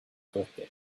birthday